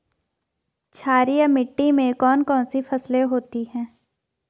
क्षारीय मिट्टी में कौन कौन सी फसलें होती हैं?